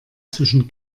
zwischen